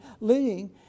leading